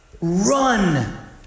Run